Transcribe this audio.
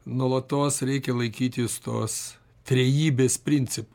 nuolatos reikia laikytis tos trejybės principų